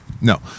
No